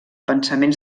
pensaments